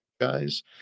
guys